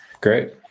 Great